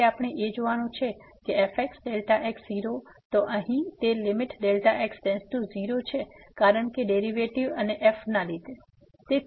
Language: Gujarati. તેથી આપણે એ જોવાનું છે કે fxΔx0 શું છે તો અહીં તે લીમીટ Δx→0છે કારણ કે ડેરીવેટીવ અને f ના લીધે